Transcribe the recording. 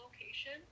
location